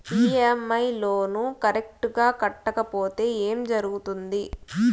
EMI loan correct గా కట్టకపోతే ఏం జరుగుతుంది